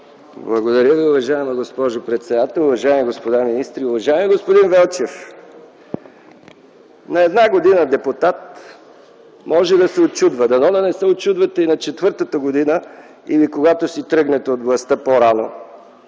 Благодаря Ви, уважаема госпожо председател. Уважаеми господа министри! Уважаеми господин Велчев, на една година депутат – може да се учудва, дано да не се учудвате и на четвъртата година или когато си тръгнете от властта по-рано